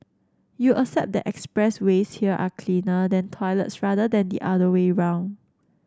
you accept that expressways here are cleaner than toilets rather than the other way round